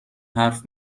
حرف